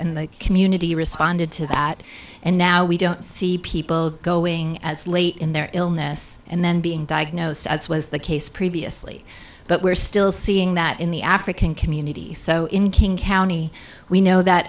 and the community responded to that and now we don't see people going as late in their illness and then being diagnosed as was the case previously but we're still seeing that in the african community so in king county we know that